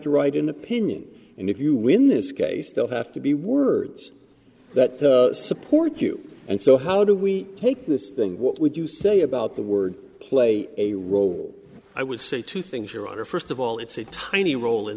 to write an opinion and if you win this case they'll have to be words that support you and so how do we take this thing what would you say about the word play a role i would say two things your honor first of all it's a tiny role in